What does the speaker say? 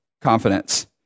confidence